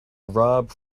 rob